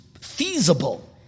feasible